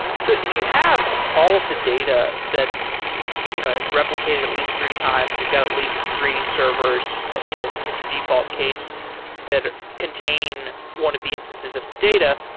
so if you have all of the data that you know is replicated at least three times. you've got at least three servers you know in the default case that contain one of the instances of the data,